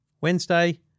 Wednesday